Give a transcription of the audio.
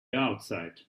outside